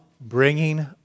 bringing